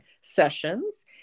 sessions